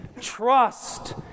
trust